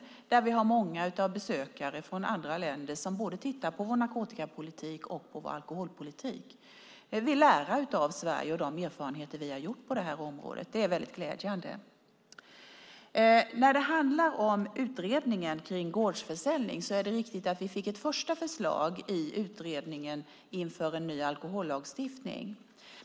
Vi har många besökare från andra länder som tittar på både vår narkotikapolitik och vår alkoholpolitik och vill lära av Sverige och de erfarenheter vi har på detta område. Det är väldigt glädjande. När det handlar om utredningen kring gårdsförsäljning är det riktigt att vi fick ett första förslag i utredningen inför en ny alkohollagstiftning.